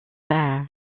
bare